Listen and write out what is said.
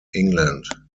england